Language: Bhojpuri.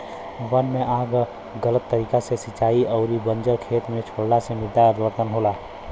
वन में आग गलत तरीका से सिंचाई अउरी बंजर खेत छोड़ला से मृदा अपरदन होला